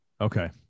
okay